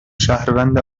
شهروند